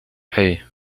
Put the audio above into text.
hey